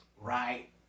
right